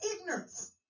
ignorance